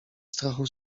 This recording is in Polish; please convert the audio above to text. strachu